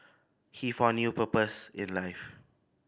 he found new purpose in life